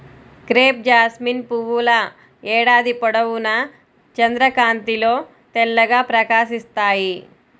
crepe jasmine పువ్వుల ఏడాది పొడవునా చంద్రకాంతిలో తెల్లగా ప్రకాశిస్తాయి